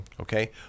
okay